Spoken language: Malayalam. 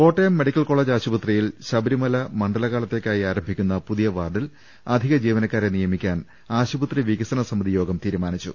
കോട്ടയം മെഡിക്കൽ കോളജിൽ ശുബരിമല മണ്ഡല കാലത്തേ ക്കായി ആരംഭിക്കുന്ന പുതിയ വാർഡിൽ അധിക ജീവനക്കാരെ നിയ മിക്കാൻ ആശുപത്രി വികസന സമിതി യോഗം തീരുമാനിച്ചു